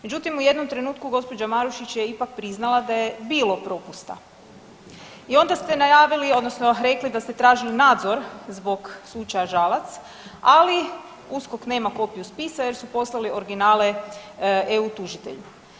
Međutim u jednom trenutku gospođa Marušić je ipak priznala da je bilo propusta i onda ste najavili odnosno rekli da ste tražili nadzor zbog slučaja Žalac, ali USKOK nema kopiju spisa jer su poslali originale eu tužitelju.